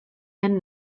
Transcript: and